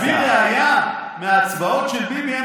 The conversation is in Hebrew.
אבל להביא ראיה מההצבעות של ביבי?